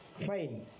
fine